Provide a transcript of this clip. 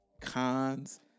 cons